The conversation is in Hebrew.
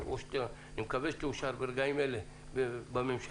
ואני מקווה שתאושר ברגעים אלה בממשלה,